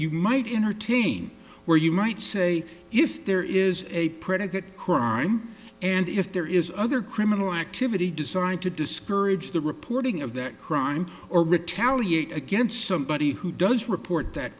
you might entertain where you might say you if there is a predicate crime and if there is other criminal activity designed to discourage the reporting of that crime or retaliate against somebody who does report that